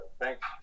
Thanks